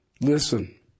Listen